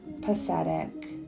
pathetic